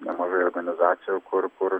nemažai organizacijų kur kur